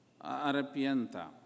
arrepienta